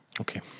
Okay